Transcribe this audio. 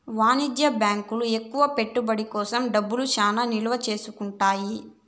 వాణిజ్య బ్యాంకులు ఎక్కువ పెట్టుబడి కోసం డబ్బులు చానా నిల్వ చేసుకుంటాయి